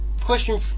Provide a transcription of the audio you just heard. Question